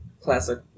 classic